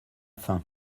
fin